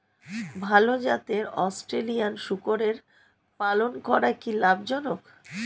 ভাল জাতের অস্ট্রেলিয়ান শূকরের পালন করা কী লাভ জনক?